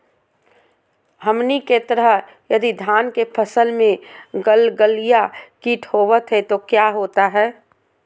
हमनी के तरह यदि धान के फसल में गलगलिया किट होबत है तो क्या होता ह?